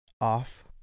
off